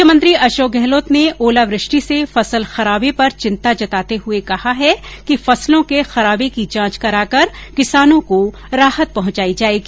मुख्यमंत्री अशोक गहलोत ने ओलावृष्टि से फसल खराबे पर चिंता जताते हुए कहा है कि फसलों के खराबे की जांच कराकर किसानों को राहत पहुंचाई जायेगी